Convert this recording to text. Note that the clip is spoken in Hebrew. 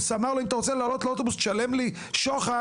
אמר לו אם אתה רוצה לעלות לאוטובוס תשלם לי שוחד,